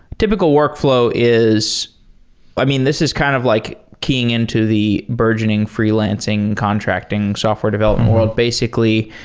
typical workflow is i mean, this is kind of like keying into the burgeoning freelancing contracting software development world. basically,